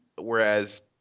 Whereas